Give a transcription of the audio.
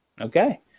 Okay